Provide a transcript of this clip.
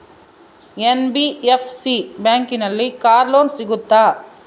NBFC ಬ್ಯಾಂಕಿನಲ್ಲಿ car loan ಸಿಗುತ್ತಾ?